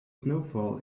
snowfall